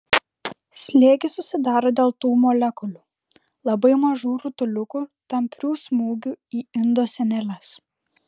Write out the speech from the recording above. slėgis susidaro dėl tų molekulių labai mažų rutuliukų tamprių smūgių į indo sieneles